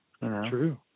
True